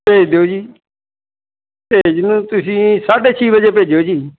ਭੇਜ ਦਿਓ ਜੀ ਭੇਜ ਦਿਓ ਤੁਸੀਂ ਸਾਢੇ ਛੇ ਵਜੇ ਭੇਜਿਓ ਜੀ